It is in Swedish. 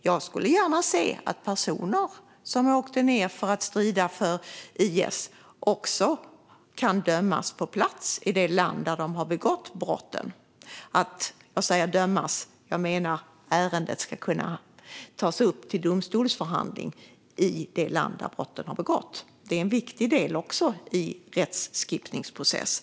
Jag skulle gärna se att personer som åkt ned för att strida för IS också kan dömas - eller att ärendet ska kunna tas upp till domstolsförhandling - på plats i det land där brotten har begåtts. Detta är en viktig del i rättskipningsprocessen.